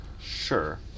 Sure